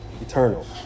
eternal